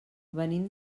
venim